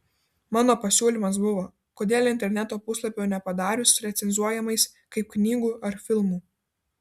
mano pasiūlymas buvo kodėl interneto puslapių nepadarius recenzuojamais kaip knygų ar filmų